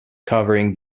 covering